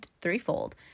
threefold